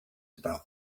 about